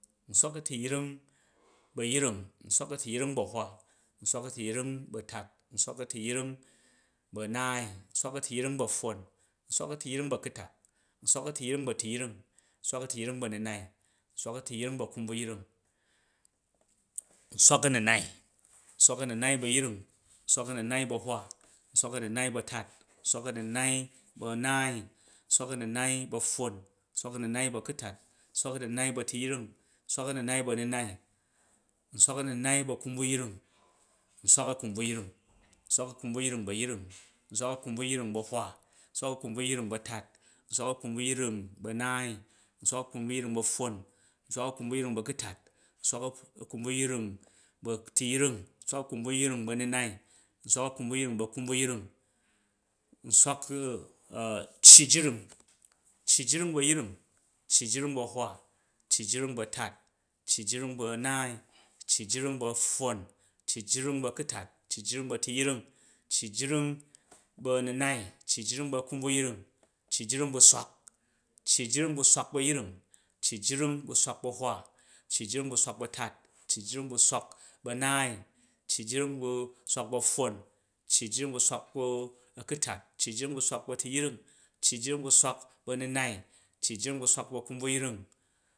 Nswak a̱tuyring bu̱ a̱yring, nswak a̱tuyring bu̱ a̱tuva, nswak a̱tuyring bu̱ a̱tat, nswak a̱pffon nswak a̱tuyring bu̱ a̱kutat, nswak a̱tuyring bu̱ a̱tuyring, nswak a̱tuyring bu̱ a̱nunai, nswak a̱tuyring bu̱ a̱kunbvuyring, nswak a̱nunai nswak a̱nunai bu̱ a̱yring, nswak a̱nunai bu̱ a̱bwa, nswak anunai bu̱ a̱tat, nswak a̱nunai bu̱ a̱naai, nswak a̱nunai bu̱ a̱pffon, nswak a̱nunai bu̱ akutat, nswak anunai bu̱ a̱tuyring, nswak a̱nunai bu̱ anunai, nswak a̱nunai bu̱ a̱kunbvuyring, nswak a̱kunbvuyring nswak a̱kunbvuyring bu̱ a̱yring, nswak a̱kunbvuyring bu̱ a̱hwa, nswak a̱kunbvuyring bu̱ a̱tat, nswak akunbvuyring bu a̱naai nswak a̱kunbvuyring bu̱ apffon nswak a̱kunbvuyring bu̱ a̱kutat, nswak a̱kunbvuyring bu̱ a̱tuyring, nswak a̱kin bvuyring bu̱ a̱nunai nswak a̱kunbvuyring bu̱ a̱kunbvayring nswak ucci jring cci jring bu̱ a̱yring cci jring bu̱ a̱hwa, cci jring bu̱ a̱tat cci jring bu̱ a̱naai, cci jring bu̱ a̱pffon, cci jring bu̱ a̱kutat, cci jring bu̱ a̱tuyring, cci jring bu̱ a̱nunai, cci jring bu̱ a̱kumbvuyring, cci jring bu̱ swak, cci jring bu̱ swak bu̱ a̱hwa, cci jring bu̱ swok bu̱ a̱tat, cci jring bu̱ swak bu̱ a̱naai, cci jring bu̱ swak bu̱ a̱pffon, cci jring bu̱ swak bu̱ a̱kutat cci jring bu̱ swak bu̱ a̱tuyring cci jring bu̱ swak bu̱ a̱nunai, cci jring bu̱ swak bu̱u a̱kunbvuyring